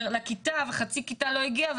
לכיתה וחצי כיתה לא הגיעה,